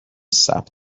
ثبت